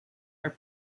are